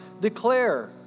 Declare